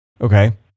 Okay